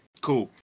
cool